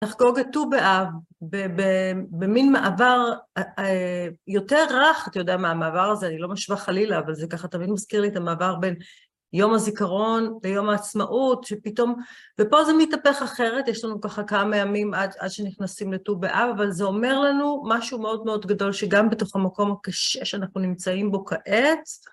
נחגוג את טו באב במין מעבר יותר רך, אתה יודע מה המעבר הזה, אני לא משווה חלילה, אבל זה ככה תמיד מזכיר לי את המעבר בין יום הזיכרון ליום העצמאות, שפתאום... ופה זה מתהפך אחרת, יש לנו ככה כמה ימים עד שנכנסים לטו באב, אבל זה אומר לנו משהו מאוד מאוד גדול, שגם בתוך המקום הקשה שאנחנו נמצאים בו כעת.